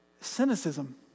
Cynicism